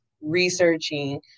researching